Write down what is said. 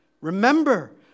Remember